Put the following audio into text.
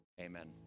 Amen